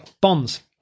bonds